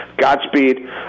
Godspeed